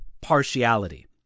partiality